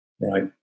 Right